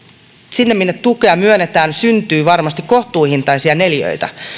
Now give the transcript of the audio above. sinne minne tukea myönnetään syntyy varmasti kohtuuhintaisia neliöitä